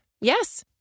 Yes